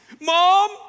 mom